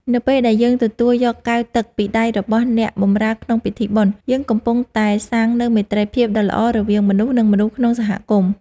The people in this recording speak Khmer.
នៅពេលដែលយើងទទួលយកកែវទឹកពីដៃរបស់អ្នកបម្រើក្នុងពិធីបុណ្យ យើងកំពុងតែសាងនូវមេត្រីភាពដ៏ល្អរវាងមនុស្ស និងមនុស្សក្នុងសហគមន៍។